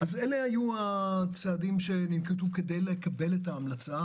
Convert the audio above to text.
אלה היו הצעדים שננקטו כדי לקבל את ההמלצה,